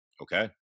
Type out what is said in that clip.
Okay